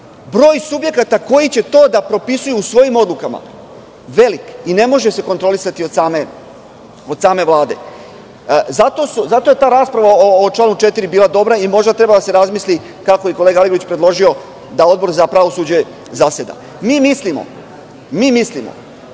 broj subjekata koji će to da propisuju u svojim odlukama velik i ne može se kontrolisati od same Vlade. Zato je ta rasprava o članu 4. bila dobra i možda treba da se razmisli, kako je i kolega Aligrudić predložio, da Odbor za pravosuđe zaseda. Mi mislimo da je